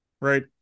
right